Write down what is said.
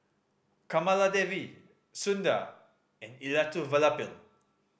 Kamaladevi Sundar and Elattuvalapil